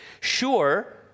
Sure